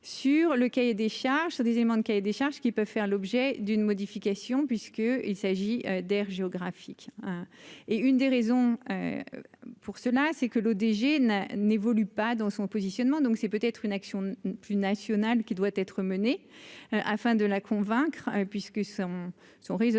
sur le cahier des charges sur des éléments de cahier des charges qui peut faire l'objet d'une modification puisque il s'agit d'aires géographique, hein, et une des raisons pour cela, c'est que le DG n'a n'évolue pas dans son positionnement, donc c'est peut-être une action plus national qui doit être menée afin de la convaincre puisque son son